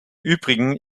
übrigen